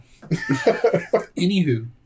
Anywho